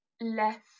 left